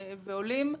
ועולים.